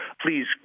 please